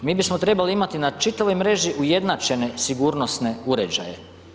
Mi bismo trebali imati na čitavoj mreži ujednačene sigurnosne uređaje.